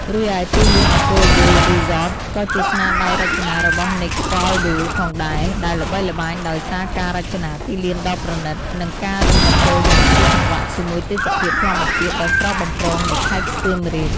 រីឯទីលាន Angkor Golf Resort ក៏ជាស្នាដៃរចនារបស់ Nick Faldo ផងដែរ ដែលល្បីល្បាញដោយសារការរចនាទីលានដ៏ប្រណីត និងការរួមបញ្ចូលយ៉ាងស៊ីសង្វាក់ជាមួយទេសភាពធម្មជាតិដ៏ស្រស់បំព្រងនៃខេត្តសៀមរាប។